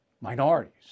minorities